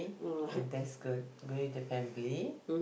and that's good going to family